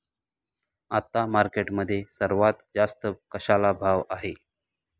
आता मार्केटमध्ये सर्वात जास्त कशाला भाव आहे?